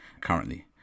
currently